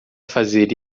fazer